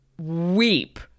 weep